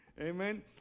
Amen